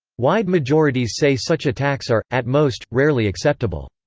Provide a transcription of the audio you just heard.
wide majorities say such attacks are, at most, rarely acceptable.